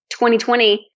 2020